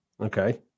Okay